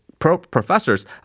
professors